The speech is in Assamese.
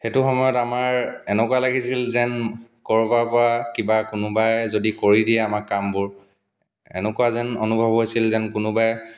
সেইটো সময়ত আমাৰ এনেকুৱা লাগিছিল যেন ক'ৰবাৰ পৰা কিবা কোনোবাই যদি কৰি দিয়ে আমাক কামবোৰ এনেকুৱা যেন অনুভৱ হৈছিল যেন কোনোবাই